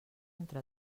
entre